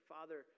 Father